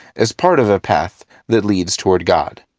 as part of a path that leads toward god.